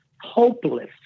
hopeless